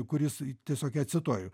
kuris tiesiog ją cituoju